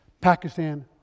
Pakistan